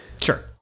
Sure